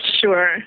sure